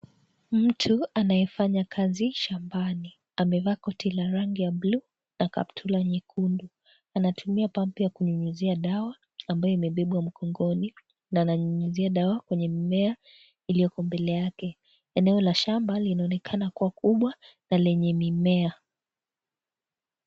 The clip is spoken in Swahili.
Mtu anayefanya kazi shambani. Amevaa koti ya rangi ya buluu na kaptura nyekundu. Anatumia pampu ya kunyunyizia dawa, ambayo imebebwa mgongo na ananyunyizia dawa kwenye mimea iliyoko mbele yake. Eneo la shamba, linaonekana kuwa kubwa na lenye mimea.